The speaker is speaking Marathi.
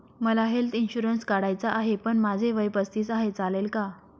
मला हेल्थ इन्शुरन्स काढायचा आहे पण माझे वय पस्तीस आहे, चालेल का?